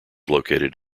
located